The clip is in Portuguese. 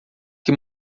que